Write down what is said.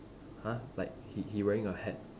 !huh! like he he wearing a hat